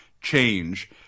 Change